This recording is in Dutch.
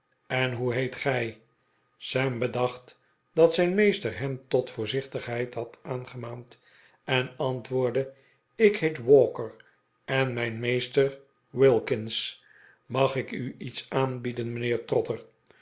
en hoe heet gij sam bedacht dat zijn meester hem tot voorzichtigheid had aangemaand en antwoordde ik heet walker en mijn meester wilkins mag ik u iets aanbieden mijnheer trotter